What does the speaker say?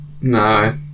no